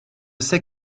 sais